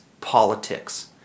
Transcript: politics